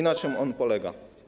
Na czym to polega?